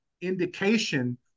indication